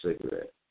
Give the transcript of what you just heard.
cigarette